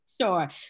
Sure